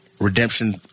Redemption